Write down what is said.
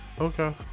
Okay